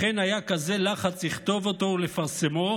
לכן היה כזה לחץ לכתוב אותו ולפרסמו,